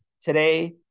today